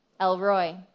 Elroy